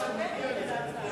רוצה ועדת חוקה,